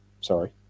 Sorry